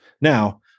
Now